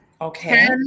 Okay